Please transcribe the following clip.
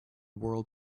world